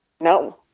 No